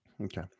Okay